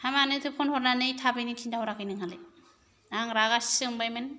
हा मानोथो फन हरनानै थाबैनो खिन्थाहराखै नोंहालाय आं रागासो जोंबायमोन